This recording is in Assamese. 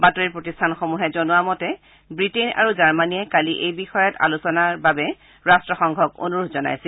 বাতৰি প্ৰতিষ্ঠানসমূহে জনোৱা মতে বৃটেইন আৰু জাৰ্মনীয়ে কালি এই বিষয়ত আলোচনাৰ বাবে ৰাট্টসংঘক অনুৰোধ জনাইছিল